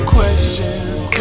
Questions